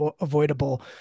avoidable